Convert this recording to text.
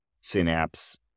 Synapse